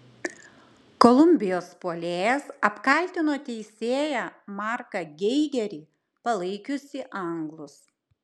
kolumbijos puolėjas apkaltino teisėją marką geigerį palaikiusį anglus